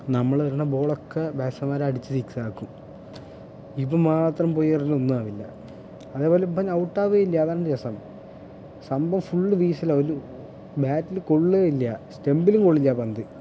നമ്മള് എറിയുന്ന ബോളൊക്കെ ബാറ്റ്സ്മാൻമാരടിച്ച് സിക്സ് ആക്കും ഇവൻ മാത്രം പോയി എറിഞ്ഞാൽ ഒന്നും ആവില്ല അതേപോലെ ഇവൻ ഔട്ട് ആവുകയും ഇല്ല അതാണ് രസം സംഭവം ഫുൾ വീശലാ ബാറ്റിൽ കൊളളുകയില്ല സ്റ്റമ്പിലും കൊള്ളില്ല പന്ത്